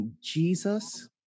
Jesus